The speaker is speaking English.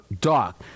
Doc